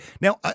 now